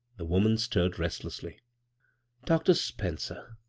the woman stirred resdessly dr. spencer,